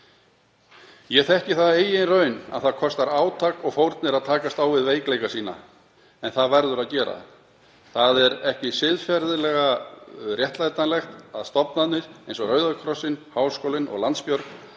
Ég þekki það af eigin raun að það kostar átak og fórnir að takast á við veikleika sína, en maður verður að gera það. Það er ekki siðferðilega réttlætanlegt að stofnanir eins og Rauða krossinn, Háskóli Íslands og Landsbjörg